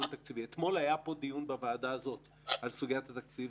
אתמול היה דיון בוועדה הזאת על סוגיית התקציב.